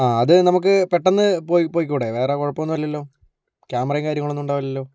ആ അത് നമുക്ക് പെട്ടന്ന് പോയി പോയിക്കൂടേ വേറെ കുഴപ്പമൊന്നുമില്ലല്ലോ ക്യാമറയും കാര്യങ്ങളൊന്നും ഉണ്ടാവില്ലല്ലോ